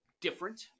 different